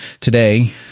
Today